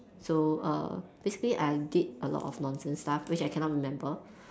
so err basically I did a lot of nonsense stuff which I cannot remember